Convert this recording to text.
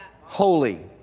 Holy